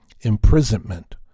imprisonment